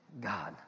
god